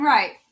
Right